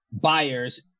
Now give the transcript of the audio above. buyers